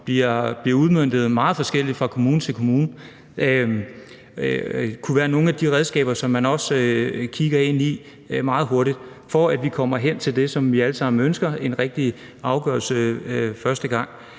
bliver udmøntet meget forskelligt fra kommune til kommune. Det kunne være nogle af de ting og nogle af de redskaber, vi meget hurtigt kigger på, så vi kommer hen til det, som vi alle sammen ønsker, nemlig en rigtig afgørelse første gang.